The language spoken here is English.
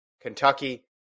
Kentucky